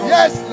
Yes